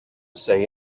say